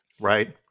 Right